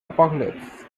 apocalypse